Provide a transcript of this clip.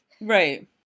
Right